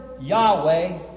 Yahweh